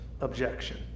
objection